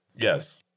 Yes